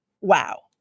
wow